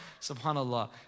SubhanAllah